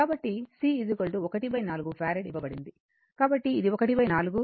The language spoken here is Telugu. కాబట్టి c 1 4 ఫారడ్ ఇవ్వబడింది